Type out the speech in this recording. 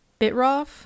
Bitroff